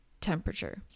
temperature